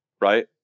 right